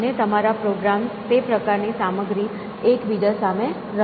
અને તમારા પ્રોગ્રામ્સ તે પ્રકારની સામગ્રી એકબીજા સામે રમશે